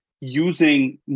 using